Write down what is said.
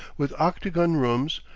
with octagon rooms,